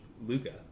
Luca